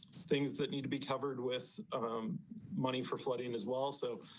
things that need to be covered with money for flooding as well so